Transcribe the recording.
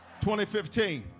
2015